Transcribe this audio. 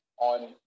on